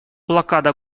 блокада